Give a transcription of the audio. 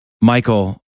Michael